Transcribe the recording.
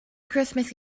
christmas